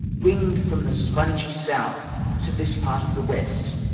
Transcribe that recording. wing'd from the spongy south to this part of the west,